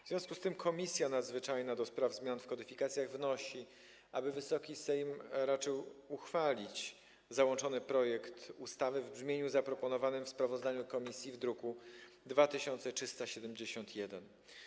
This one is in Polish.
W związku z tym Komisja Nadzwyczajna do spraw zmian w kodyfikacjach wnosi, aby Wysoki Sejm raczył uchwalić załączony projekt ustawy w brzmieniu zaproponowanym w sprawozdaniu komisji w druku nr 2371.